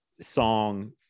song